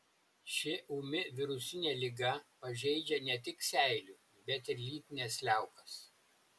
ši ūmi virusinė liga pažeidžia ne tik seilių bet ir lytines liaukas